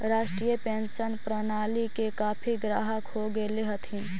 राष्ट्रीय पेंशन प्रणाली के काफी ग्राहक हो गेले हथिन